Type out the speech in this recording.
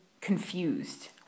confused